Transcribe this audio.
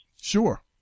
Sure